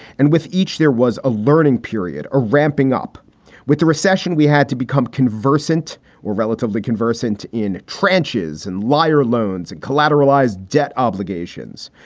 and with each there was a learning period, a ramping up with the recession. we had to become conversant or relatively conversant in trenches and liar loans and collateralized debt obligations.